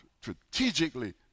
strategically